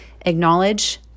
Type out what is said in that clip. acknowledge